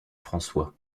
françois